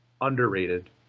underrated